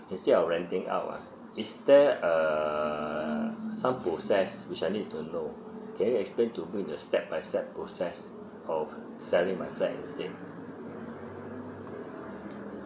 instead of renting out ah is there err some process which I need to know okay explain to me in a step by step process of selling my flat instead